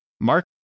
Mark